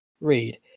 read